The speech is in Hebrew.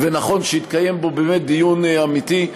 נכון שיתקיים בו באמת דיון אמיתי.